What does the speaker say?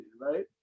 right